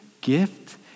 gift